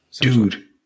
Dude